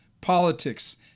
politics